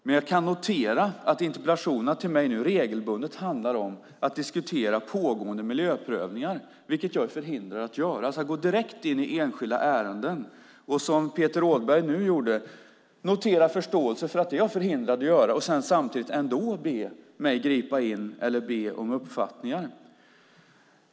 Men jag kan notera att interpellationerna till mig nu regelbundet handlar om att diskutera pågående miljöprövningar, vilket jag är förhindrad att göra. Man går direkt in i enskilda ärenden, som Peter Rådberg nu gjorde, noterar med förståelse att jag är förhindrad att göra det, men ber mig ändå samtidigt att ingripa och ber om uppfattningar.